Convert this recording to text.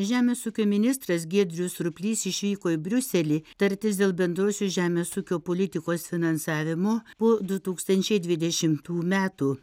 žemės ūkio ministras giedrius surplys išvyko į briuselį tartis dėl bendrosios žemės ūkio politikos finansavimo po tūkstančiai dvidešimtų metų